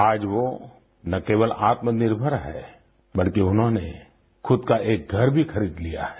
आज वो ना केवल आत्मनिर्भर है बल्कि उन्होंने खुद का एक घर भी खरीद लिया है